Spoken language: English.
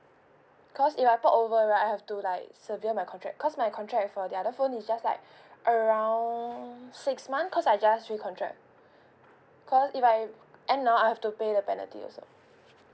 cause if I port over right I have to like severe my contract cause my contract with uh the other phone is just like around six month cause I just recontract cause if I end now I have to pay the penalty also